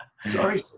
sorry